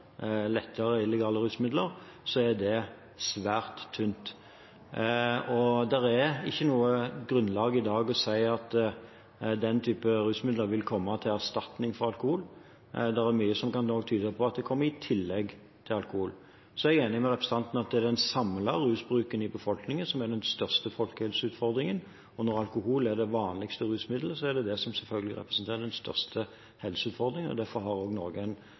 lettere illegale rusmidler, er det svært tynt. Det er ikke i dag noe grunnlag for å si at den typen rusmidler vil komme til erstatning for alkohol, det er mye som kan tyde på at det kommer i tillegg til alkohol. Så er jeg enig med representanten i at det er den samlede rusbruken i befolkningen som er den største folkehelseutfordringen, og når alkohol er det vanligste rusmiddelet, er det selvfølgelig det som representerer den største helseutfordringen. Derfor har Norge en relativt streng alkoholpolitikk, og